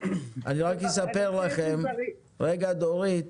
רגע, דורית.